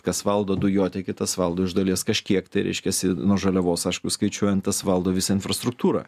kas valdo dujotiekį tas valdo iš dalies kažkiek tai reiškiasi nuo žaliavos aišku skaičiuojant tas valdo visą infrastruktūrą